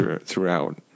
throughout